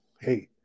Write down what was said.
Hey